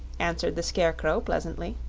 answered the scarecrow, pleasantly.